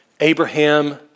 Abraham